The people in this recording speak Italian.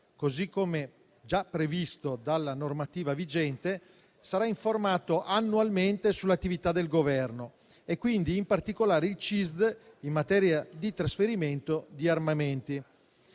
così come già previsto dalla normativa vigente - sarà informato annualmente sull'attività del Governo, quindi in particolare del CISD, in materia di trasferimento di armamenti.